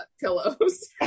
pillows